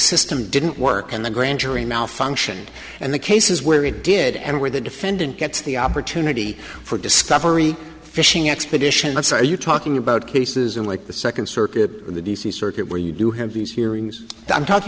system didn't work and the grand jury malfunctioned and the cases where it did and where the defendant gets the opportunity for discovery fishing expedition that's are you talking about cases in like the second circuit or the d c circuit where you do have these hearings i'm talking